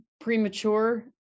premature